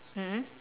mm